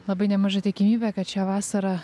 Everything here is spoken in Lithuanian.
labai nemaža tikimybė kad šią vasarą